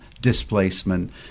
displacement